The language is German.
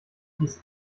dies